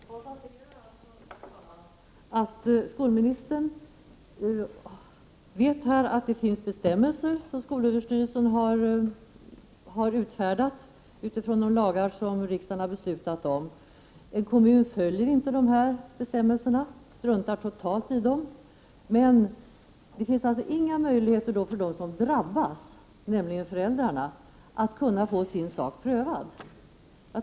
Herr talman! Jag konstaterar alltså att skolministern vet att det finns bestämmelser som utfärdats av skolöverstyrelsen utifrån de lagar som riksdagen har fattat beslut om. En kommun följer inte dessa bestämmelser utan struntar totalt i dem. Det finns i det läget inga möjligheter för dem som drabbas, nämligen föräldrarna, att få sin sak prövad.